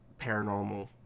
paranormal